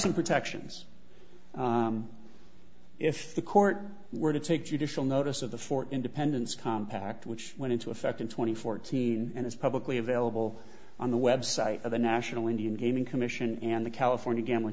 some protections if the court were to take judicial notice of the four independence compact which went into effect in two thousand and fourteen and is publicly available on the website of the national indian gaming commission and the california gambling